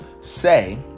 say